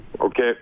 Okay